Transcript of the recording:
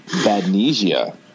Badnesia